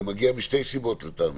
אחת הסיבות לכך